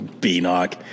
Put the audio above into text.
B-knock